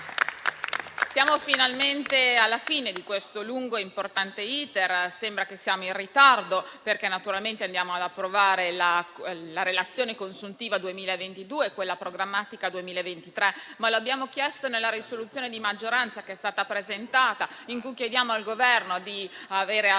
Siamo finalmente alla fine di questo lungo e importante *iter* e sembra che siamo in ritardo, perché stiamo per approvare la relazione consuntiva 2022 e quella programmatica 2023. Ma nella proposta di risoluzione di maggioranza che è stata presentata chiediamo al Governo di avere al più